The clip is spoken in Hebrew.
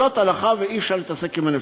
זאת ההלכה, ואי-אפשר להתעסק עם הנפטר.